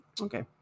okay